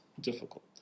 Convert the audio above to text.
difficult